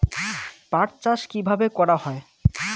পাট চাষ কীভাবে করা হয়?